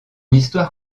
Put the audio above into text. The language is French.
histoire